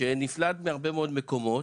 שנפלט מהרבה מאוד מקומות,